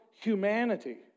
humanity